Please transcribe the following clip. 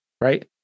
right